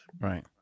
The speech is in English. Right